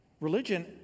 Religion